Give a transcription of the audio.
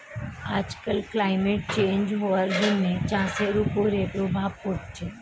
আজকাল climate change হওয়ার জন্য চাষের ওপরে প্রভাব পড়ছে